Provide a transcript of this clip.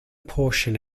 portion